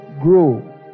grow